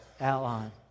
outline